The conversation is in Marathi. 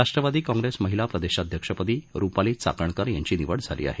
राष्ट्रवादी काँग्रेस महिला प्रदेशाध्यक्षपदी रुपाली चाकणकर यांची निवड झाली आहे